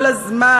כל הזמן.